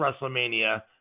WrestleMania